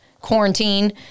quarantine